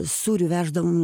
sūrių veždavom